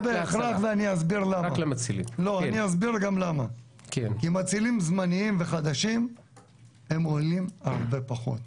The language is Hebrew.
לא בהכרח ואני אסביר גם למה: כי מצילים זמניים וחדשים עולים הרבה פחות.